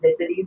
ethnicities